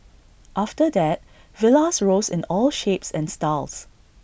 after that villas rose in all shapes and styles